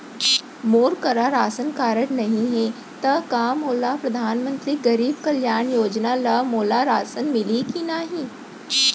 मोर करा ration card नहीं है त का मोल परधानमंतरी गरीब कल्याण योजना ल मोला राशन मिलही कि नहीं?